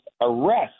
arrest